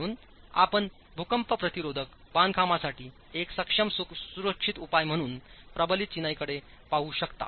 म्हणून आपण भूकंप प्रतिरोधक बांधकामांसाठी एक सक्षम सुरक्षित उपाय म्हणून प्रबलित चिनाईकडे पाहू शकता